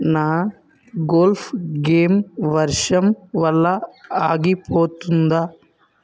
నా golf game వర్షం వల్ల ఆగిపోతుందా